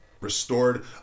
restored